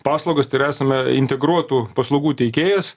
paslaugas tai yra esame integruotų paslaugų teikėjas